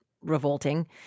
revolting